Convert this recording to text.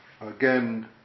Again